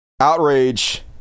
outrage